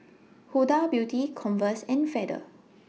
Huda Beauty Converse and Feather